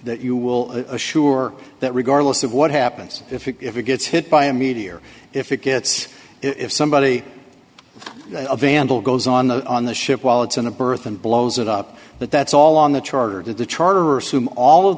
that you will assure that regardless of what happens if it if it gets hit by a meteor if it gets if somebody a vandal goes on the on the ship while it's in a berth and blows it up but that's all on the charter that the charter assume all of